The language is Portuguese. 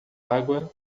água